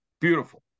Beautiful